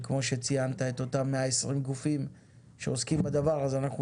וכמו שציינת, את אותם 120 גופים שעוסקים בדבר הזה.